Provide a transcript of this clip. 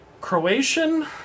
Croatian